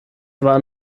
war